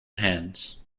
hands